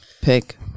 pick